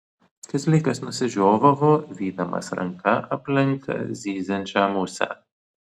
kazlėkas nusižiovavo vydamas ranka aplink zyziančią musę